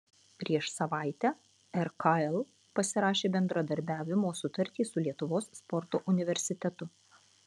prieš savaitę rkl pasirašė bendradarbiavimo sutartį su lietuvos sporto universitetu